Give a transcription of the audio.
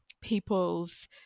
people's